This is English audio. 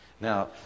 Now